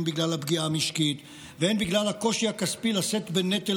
הן בגלל הפגיעה המשקית והן בגלל הקושי הכספי לשאת בנטל